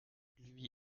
lui